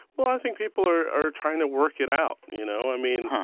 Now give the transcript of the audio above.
well, i think people are are trying to work it out, you know? i mean,